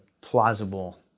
plausible